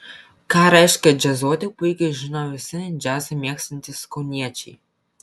ką reiškia džiazuoti puikiai žino visi džiazą mėgstantys kauniečiai